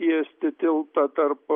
tiesti tiltą tarp